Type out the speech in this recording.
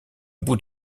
bout